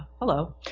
hello.